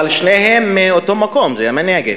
אבל שניהם מאותו מקום, מהנגב.